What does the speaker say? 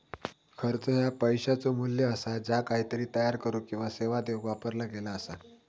खर्च ह्या पैशाचो मू्ल्य असा ज्या काहीतरी तयार करुक किंवा सेवा देऊक वापरला गेला असा